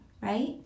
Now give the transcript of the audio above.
right